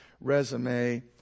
resume